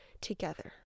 together